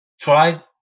Try